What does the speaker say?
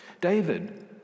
David